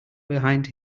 behind